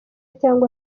cyangwa